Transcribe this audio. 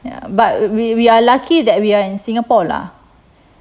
ya but we we are lucky that we are in singapore lah